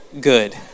good